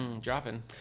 Dropping